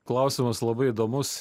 klausimas labai įdomus